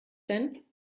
denn